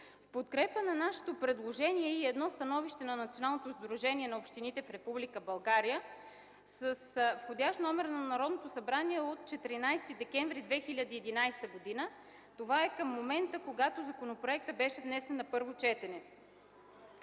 подкрепа на нашето предложение е и едно становище на Националното сдружение на общините в Република България, с входящ номер на Народното събрание от 14 декември 2011 г. Това е към момента, когато законопроектът беше внесен на първо четене.